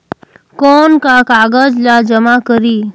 कौन का कागज ला जमा करी?